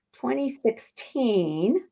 2016